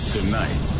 Tonight